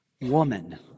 Woman